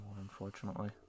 unfortunately